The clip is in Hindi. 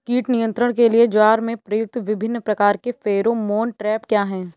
कीट नियंत्रण के लिए ज्वार में प्रयुक्त विभिन्न प्रकार के फेरोमोन ट्रैप क्या है?